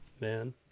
man